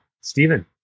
Stephen